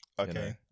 Okay